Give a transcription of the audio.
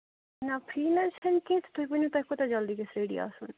نہ فی نہ حظ چھنہٕ کیٚنہہ نہ تُہۍ ؤنو تۄہہِ کوٗتاہ جلدی گژھِ ریڈی آسُن